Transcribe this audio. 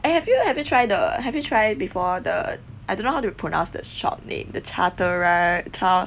have you have you try the have you try before the I don't know how to pronounce the shop name the chaterai~ cha~